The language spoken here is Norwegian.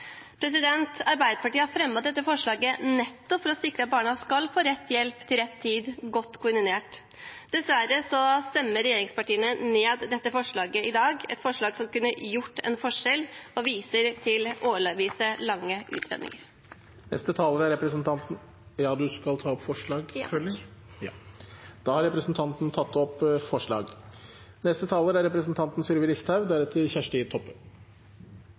Arbeiderpartiet har fremmet dette forslaget nettopp for å sikre at barna skal få rett hjelp til rett tid godt koordinert. Dessverre stemmer regjeringspartiene ned dette forslaget i dag, et forslag som kunne gjort en forskjell, og viser til årevis med lange utredninger. Vil representanten ta opp forslag? Ja, jeg tar opp de forslagene Arbeiderpartiet står bak. Representanten Elise Bjørnebekk-Waagen har tatt opp de forslagene hun refererte til. Det er